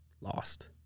lost